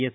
S